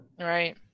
Right